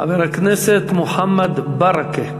חבר הכנסת מוחמד ברכה.